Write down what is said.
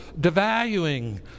devaluing